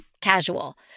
casual